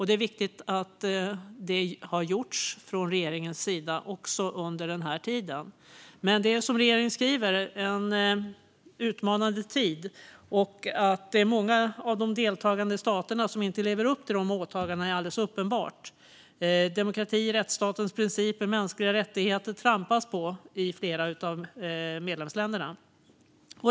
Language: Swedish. Det är viktigt att det har gjorts från regeringens sida också under den här tiden. Men det är, som regeringen skriver, en utmanande tid. Att många av de deltagande staterna inte lever upp till åtagandena är alldeles uppenbart. Demokrati, rättsstatens principer och mänskliga rättigheter trampas på i flera av medlemsländerna.